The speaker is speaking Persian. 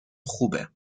خوبه